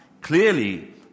Clearly